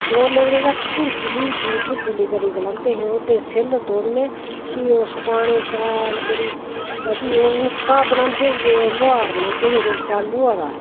ओह् लेई औने ते भुरजली होंदी ही भुरजली करिये गलांदे हे उस ते सैल तोड़ने फ्ही ओह् सुखाने शैल करियै फ्ही ओह् रोनका बनांदे हे लोहार बनांदे हे रोनका लोहे दा